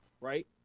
right